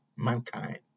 Mankind